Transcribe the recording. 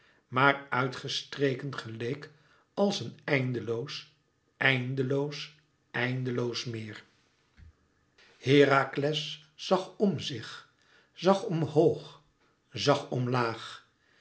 maar uit gestreken geleek als een eindeloos eindeloos eindeloos meer herakles zag m zich zag omhoog zag omlaag